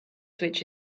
switch